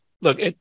Look